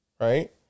right